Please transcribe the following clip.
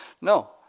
No